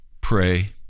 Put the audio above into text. pray